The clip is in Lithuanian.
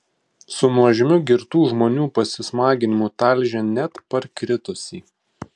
su nuožmiu girtų žmonių pasismaginimu talžė net parkritusį